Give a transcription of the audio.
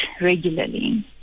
regularly